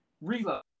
Reload